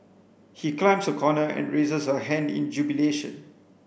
he climbs a corner and raises a hand in jubilation